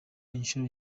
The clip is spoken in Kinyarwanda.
incuro